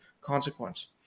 consequence